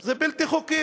שזה בלתי חוקי,